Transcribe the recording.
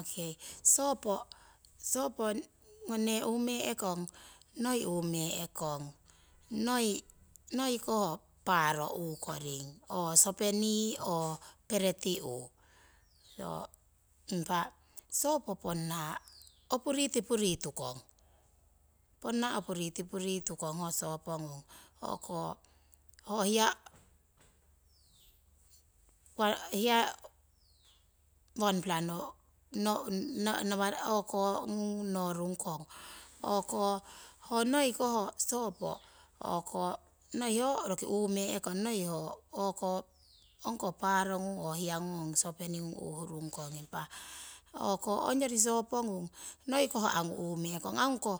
okei sopo nee uume'kong, noi uume'ekong, noi ho paaro uukoring oo sosopeni oo pereti uu. Impa sopo ponna opuritipuri tukong. Ponna opuritipuri tukong ho sopo ngung o'ko ho hiya ho hiya wanpla no o'ko ngnung norungkong o'ko ho noi o'ko ho sopo noi ho roki uumee'kong, noi ho ongkoh paaro ngung oo ong hiya sospeni uuhurung kong. Impa ongyori sopo ngung noi ko angu uume'ekong. Angu ko